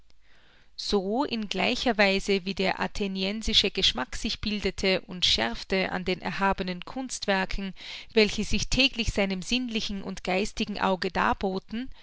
so in gleicher weise wie der atheniensische geschmack sich bildete und schärfte an den erhabenen kunstwerken welche sich täglich seinem sinnlichen und geistigen auge darboten